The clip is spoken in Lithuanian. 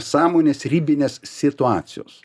sąmonės ribinės situacijos